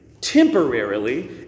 temporarily